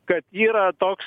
kad yra toks